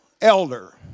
elder